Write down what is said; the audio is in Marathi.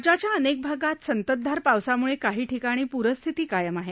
राज्याच्या अनेक भागात संततधार पावसाम्ळे काही ठिकाणी प्रस्थिती कायम आहे